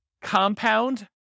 compound